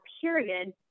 period